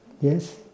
Yes